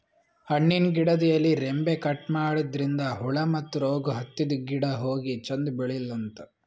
ಹಣ್ಣಿನ್ ಗಿಡದ್ ಎಲಿ ರೆಂಬೆ ಕಟ್ ಮಾಡದ್ರಿನ್ದ ಹುಳ ಮತ್ತ್ ರೋಗ್ ಹತ್ತಿದ್ ಗಿಡ ಹೋಗಿ ಚಂದ್ ಬೆಳಿಲಂತ್